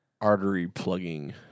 artery-plugging